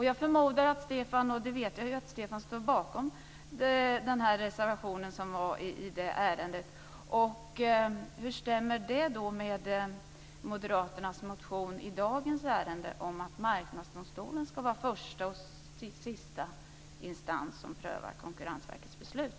Jag förmodar - ja, jag vet - att Stefan står bakom reservationen i det ärendet. Hur stämmer det med Moderaternas motion i dagens ärende om att Marknadsdomstolen ska vara första och sista instans som prövar Konkurrensverkets beslut?